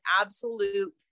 absolute